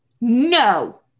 No